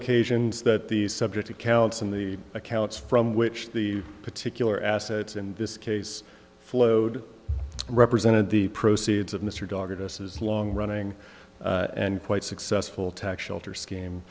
occasions that the subject accounts and the accounts from which the particular assets in this case flowed represented the proceeds of mr doggedness as long running and quite successful tax shelter